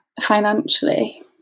financially